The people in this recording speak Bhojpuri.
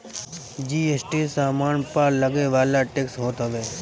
जी.एस.टी सामान पअ लगेवाला टेक्स होत हवे